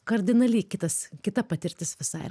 kardinaliai kitas kita patirtis visai